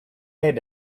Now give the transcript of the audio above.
had